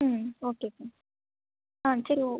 okay sir சரி okay